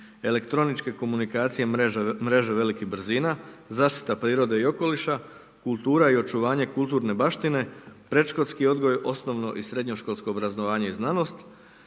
elektroničke komunikacije mreže velikih brzina, zaštita prirode i okoliša, kultura i očuvanje kulturne baštine, predškolski odgoj, OŠ i SŠ obrazovanje i znanost,